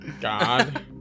God